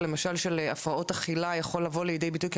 למשל של הפרעות אכילה יכול לבוא לידי ביטוי,